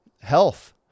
Health